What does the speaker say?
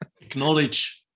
Acknowledge